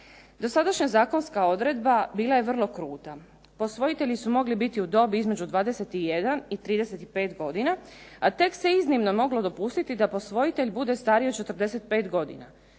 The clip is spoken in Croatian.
Dosadašnja zakonska odredba bila je vrlo kruta. Posvojitelji su mogli biti u dobi između 21 i 35 godina a tek se iznimno moglo dopustiti da posvojitelj bude stariji od 45 godina.